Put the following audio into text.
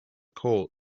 court